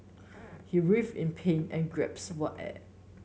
he writhed in pain and gasped for air